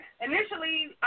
initially